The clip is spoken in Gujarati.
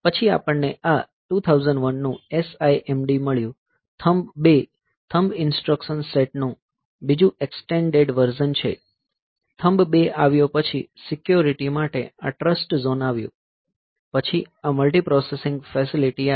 પછી આપણને આ 2001 નું SIMD મળ્યું થંબ 2 થંબ ઈન્સ્ટ્રકશન સેટનું બીજું એક્સ્ટેનડેડ વર્ઝન છે થંબ 2 આવ્યો પછી સિક્યોરીટી માટે આ ટ્રસ્ટ ઝોન આવ્યો પછી આ મલ્ટિપ્રોસેસિંગ ફેસીલીટી આવી